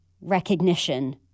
recognition